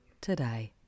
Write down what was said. today